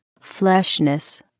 fleshness